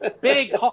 Big